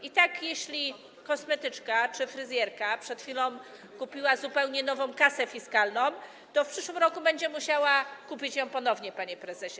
I tak jeśli kosmetyczka czy fryzjerka przed chwilą kupiła zupełnie nową kasę fiskalną, to w przyszłym roku będzie musiała kupić ją ponownie, panie prezesie.